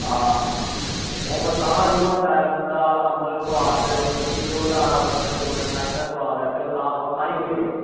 आं हून तां जो बनदा दाल अम्बल सोआद जो चौल दाल अम्बल राजमांह् बनदा इत्थें ओह् ताहीं थोह्ड़े ऐ